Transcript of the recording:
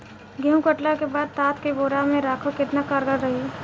गेंहू कटला के बाद तात के बोरा मे राखल केतना कारगर रही?